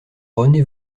rené